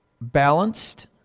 balanced